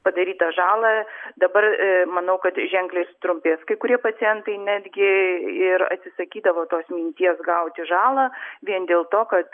padarytą žalą dabar manau kad ženkliai sutrumpės kai kurie pacientai netgi ir atsisakydavo tos minties gauti žalą vien dėl to kad